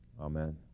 Amen